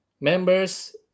members